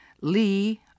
Lee